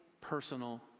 personal